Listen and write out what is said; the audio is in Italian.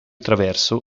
traverso